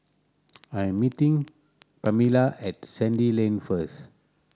I am meeting Kamilah at Sandy Lane first